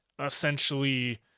essentially